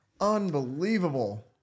unbelievable